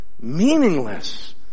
meaningless